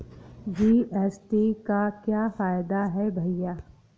GST का क्या फायदा है भैया?